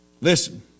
Listen